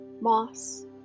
moss